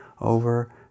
over